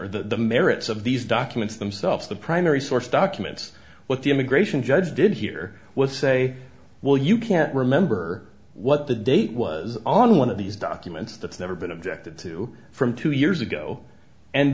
or the merits of these documents themselves the primary source documents what the immigration judge did here was say well you can't remember what the date was on one of these documents that's never been objected to from two years ago and